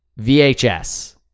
VHS